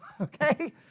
okay